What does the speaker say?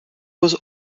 was